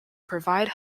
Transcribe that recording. provide